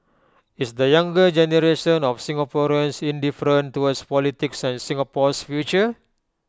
is the younger generation of Singaporeans indifferent towards politics and Singapore's future